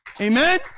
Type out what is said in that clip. Amen